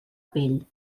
pell